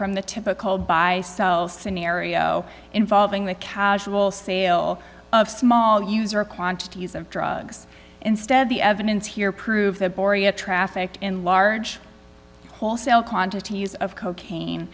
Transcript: from the tip called by cell scenario involving the casual sale of small user quantities of drugs instead the evidence here prove that boria trafficked in large wholesale quantities of cocaine